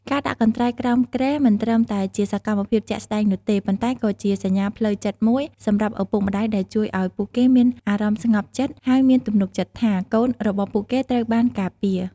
ការដាក់កន្ត្រៃក្រោមគ្រែមិនត្រឹមតែជាសកម្មភាពជាក់ស្តែងនោះទេ ប៉ុន្តែក៏ជាសញ្ញាផ្លូវចិត្តមួយសម្រាប់ឪពុកម្តាយដែលជួយឱ្យពួកគេមានអារម្មណ៍ស្ងប់ចិត្ត ហើយមានទំនុកចិត្តថា កូនរបស់ពួកគេត្រូវបានការពារ។